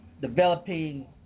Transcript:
developing